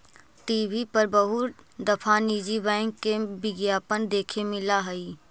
TV पर बहुत दफा निजी बैंक के विज्ञापन देखे मिला हई